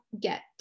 get